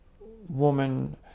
woman